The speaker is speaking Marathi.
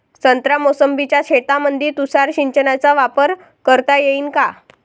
संत्रा मोसंबीच्या शेतामंदी तुषार सिंचनचा वापर करता येईन का?